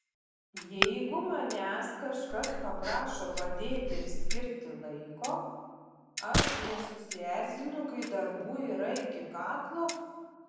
jeigu manęs kažkas paprašo padėti ir skirti laiko ar nesusierzinu kai darbų yra iki kaklo